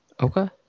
Okay